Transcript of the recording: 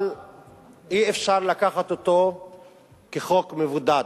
אבל אי-אפשר לקחת אותו כחוק מבודד.